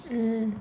mm